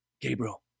Gabriel